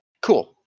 cool